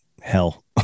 hell